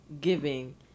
giving